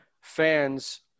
fans